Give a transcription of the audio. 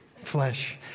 flesh